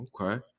Okay